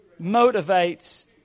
motivates